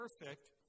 perfect